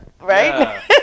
right